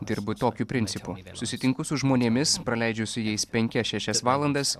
dirbu tokiu principu susitinku su žmonėmis praleidžiu su jais penkias šešias valandas